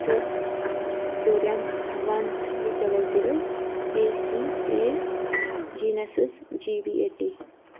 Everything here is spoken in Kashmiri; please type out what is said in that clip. to torrent one three double zero A C S Genesis G V eighty